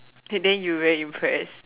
and then you very impressed